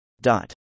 Dot